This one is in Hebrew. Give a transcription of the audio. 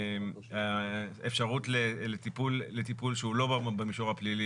אפשרות לטיפול שהוא לא במישור הפלילי